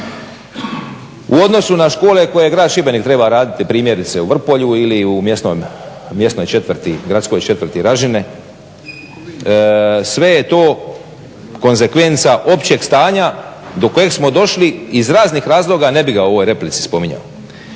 u odnosu na škole koje je grad Šibenik treba raditi, primjerice u Vrpolju ili u mjesnoj gradskoj četvrti Ražine. Sve je to konsekvenca općeg stanja do kojeg smo došli iz razloga ne bih ga u ovoj replici spominjao.